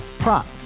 Prop